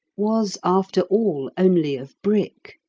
was after all only of brick,